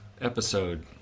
episode